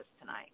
tonight